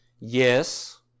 Yes